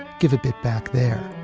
give a bit back there.